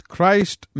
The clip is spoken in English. Christ